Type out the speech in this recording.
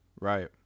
right